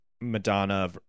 Madonna